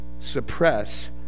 suppress